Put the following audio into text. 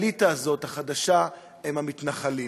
האליטה הזאת, החדשה, היא המתנחלים.